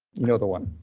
know the one.